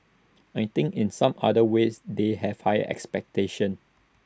I think in some other ways they have higher expectations